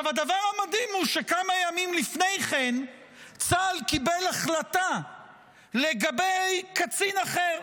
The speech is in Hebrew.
הדבר המדהים הוא שכמה ימים לפני כן צה"ל קיבל החלטה לגבי קצין אחר,